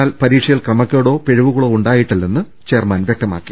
എന്നാൽ പരീക്ഷയിൽ ക്രമക്കേടോ പിഴവുകളോ ഉണ്ടായിട്ടില്ലെന്ന് ചെയർമാൻ വ്യക്തമാക്കി